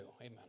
Amen